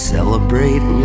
Celebrate